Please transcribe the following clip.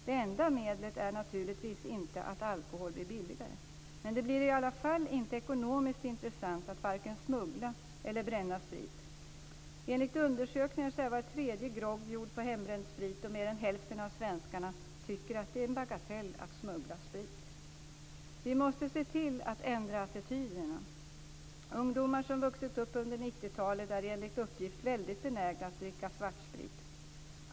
Det enda medlet är naturligtvis inte att alkohol blir billigare, men det blir då i alla fall inte ekonomiskt intressant att vare sig smuggla eller bränna sprit. Enligt undersökningar är var tredje grogg gjord på hembränd sprit, och mer än hälften av svenskarna tycker att det är en bagatell att smuggla sprit. Vi måste se till att ändra attityderna. Ungdomar som har vuxit upp under 90-talet är enligt uppgift väldigt benägna att dricka svartsprit.